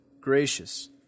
gracious